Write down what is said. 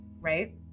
right